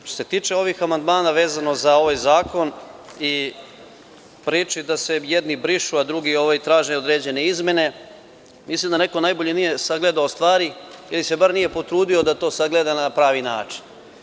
Što se tiče ovih amandmana, vezano za ovaj zakon i priči da se jedni brišu a drugi traže određene izmene, mislim da neko najbolje nije sagledao stvari ili se bar nije potrudio da to sagleda na pravi način.